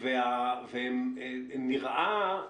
נראה,